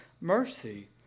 mercy